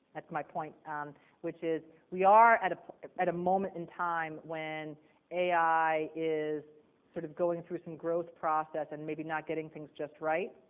that's my point which is we are at at a moment in time when ai is sort of going through some growth process and maybe not getting things just right.